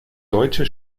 deutsche